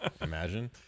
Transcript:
Imagine